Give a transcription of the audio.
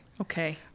okay